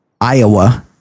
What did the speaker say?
Iowa